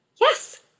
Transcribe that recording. Yes